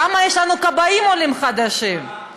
כמה כבאים עולים חדשים יש לנו?